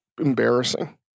embarrassing